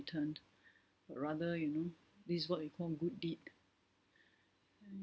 returned but rather you know this is what we call good deed